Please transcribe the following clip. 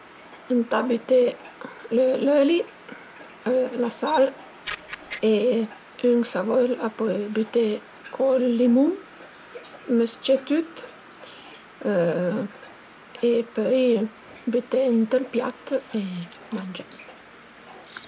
Ëntà büté l'öli, la sal e ün s'a völ a pöl büté co ël limun, mës-cé tüt e pöi büté ënt ël piat e mangé